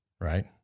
right